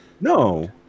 No